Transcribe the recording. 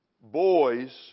Boys